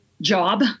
job